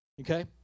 Okay